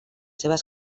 seves